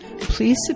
Please